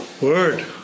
Word